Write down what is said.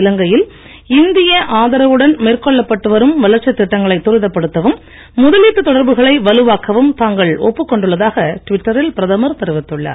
இலங்கையில் இந்திய ஆதரவுடன் மேற்கொள்ளப்பட்டு வரும் வளர்ச்சி திட்டங்களை துரிதப்படுத்தவும் முதலீட்டு தொடர்புகளை வலுவாக்கவும் தாங்கள் ஒப்புக்கொண்டுள்ளதாக டுவிட்டரில் பிரதமர் தெரிவித்துள்ளார்